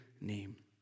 name